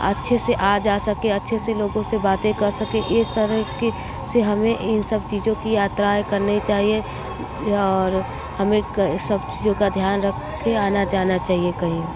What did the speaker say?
अच्छे से आ जा सके अच्छे से लोगों से बातें कर सके इस तरह के से हमें इन सब चीज़ों की यात्रा करनी चाहिए और हमें सब चीज़ों का ध्यान रख कर आना जाना चाहिए कहीं